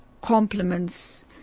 compliments